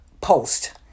post